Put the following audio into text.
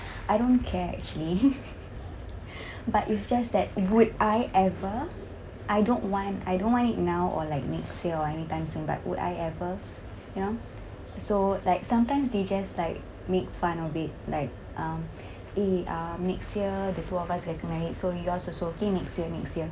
I don't care actually but it's just that would I ever I don't want I don't want it now or like next year or anytime soon but would I ever you know so like sometimes they just like make fun of it like um eh uh next year the two of us getting married so yours also okay next year next year